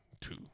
Two